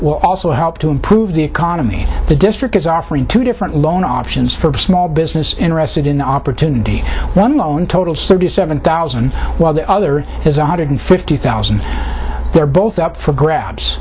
will also help to improve the economy the district is offering two different loan options for small business interested in opportunity one loan totals thirty seven thousand while the other has one hundred fifty thousand they're both up for grabs